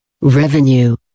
Revenue